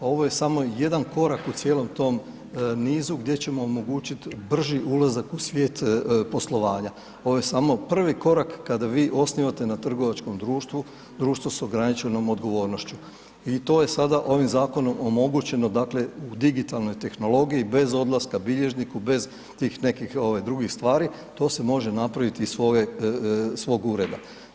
Ovo je samo jedan korak u cijelom tom nizu gdje ćemo omogućit brži ulazak u svijet poslovanja, ovo je samo prvi korak kada vi osnivate na trgovačkom društvu, društvo s ograničenom odgovornošću i to je sada ovim zakonom omogućeno dakle u digitalnoj tehnologiji, bez odlaska bilježniku, bez tih nekih ovaj drugih stvari, to se može napraviti iz svog ureda.